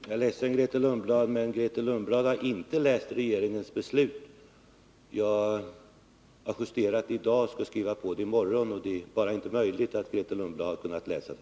Herr talman! Jag är ledsen att säga det, men Grethe Lundblad har inte läst regeringens beslut. Jag har justerat det i dag och skall skriva under det i morgon, så det är inte möjligt att Grethe Lundblad har kunnat läsa det.